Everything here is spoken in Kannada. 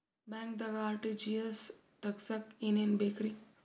ಬ್ಯಾಂಕ್ದಾಗ ಆರ್.ಟಿ.ಜಿ.ಎಸ್ ತಗ್ಸಾಕ್ ಏನೇನ್ ಬೇಕ್ರಿ?